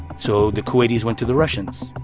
so the kuwaitis went to the russians.